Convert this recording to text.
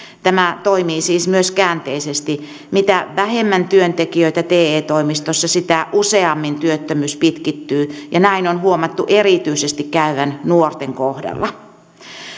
tämä toimii siis myös käänteisesti mitä vähemmän työntekijöitä te toimistoissa sitä useammin työttömyys pitkittyy ja näin on huomattu käyvän erityisesti nuorten kohdalla